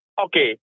Okay